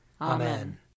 Amen